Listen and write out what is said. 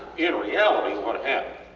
in reality what happened?